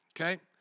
Okay